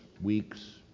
weeks